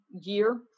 year